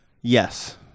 Yes